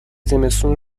زمستون